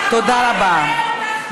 תודה רבה.